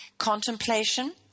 contemplation